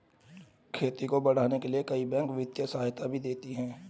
खेती को बढ़ाने के लिए कई बैंक वित्तीय सहायता भी देती है